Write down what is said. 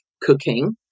cooking